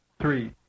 three